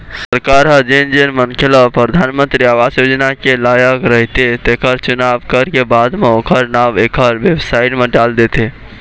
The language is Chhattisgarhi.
सरकार ह जेन जेन मनखे ल परधानमंतरी आवास योजना के लायक रहिथे तेखर चुनाव करके बाद म ओखर नांव एखर बेबसाइट म डाल देथे